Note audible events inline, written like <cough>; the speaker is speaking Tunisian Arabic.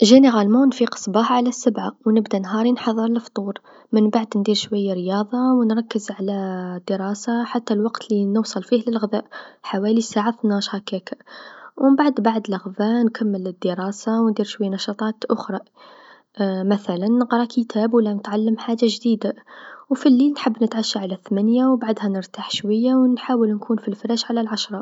عموما نفيق الصباح على السبعا و نبدا نهاري نحضر الفطور، منبعد ندير شويا رياضه، نركز على دراسه حتى الوقت لنوصل فيه للغبا حوالي الساعه اثناعش هكاك، و مبعد بعد الغذا نكمل الدراسه و ندير شويا نشاطات أخرى <hesitation> مثلا نقرا كتاب و لا نتعلم حاجه جديدا و في الليل نحب نتعشى على الثمانيا و بعدها نرتاح شويا و نحاول نكون على الفراش على العشرا.